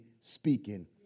speaking